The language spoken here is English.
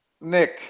Nick